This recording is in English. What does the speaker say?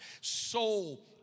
soul